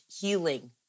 healing